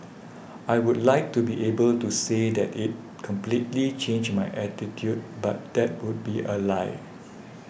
I would like to be able to say that it completely changed my attitude but that would be a lie